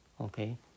okay